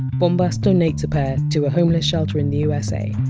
bombas donates a pair to a homeless shelter in the usa,